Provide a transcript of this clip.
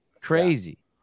Crazy